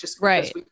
Right